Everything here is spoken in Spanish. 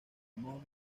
manos